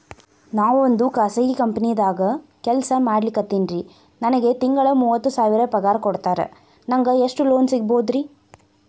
ನಾವೊಂದು ಖಾಸಗಿ ಕಂಪನಿದಾಗ ಕೆಲ್ಸ ಮಾಡ್ಲಿಕತ್ತಿನ್ರಿ, ನನಗೆ ತಿಂಗಳ ಮೂವತ್ತು ಸಾವಿರ ಪಗಾರ್ ಕೊಡ್ತಾರ, ನಂಗ್ ಎಷ್ಟು ಲೋನ್ ಸಿಗಬೋದ ರಿ?